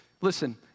Listen